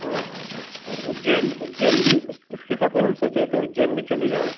हाँ हाँ हाँ और उज्जैन उज्जैन भी उस इसके साथ हम सोच रहे थे उज्जैन भी चले जाऍं